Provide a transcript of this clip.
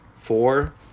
four